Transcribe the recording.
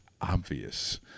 Obvious